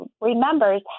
remembers